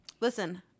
listen